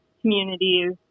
communities